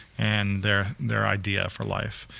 and their their idea for life.